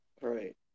Right